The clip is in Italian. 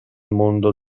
mondo